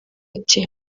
ati